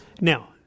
Now